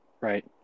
right